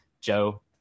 Joe